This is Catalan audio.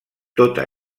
tota